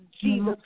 Jesus